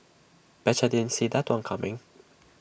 betcha didn't see that one coming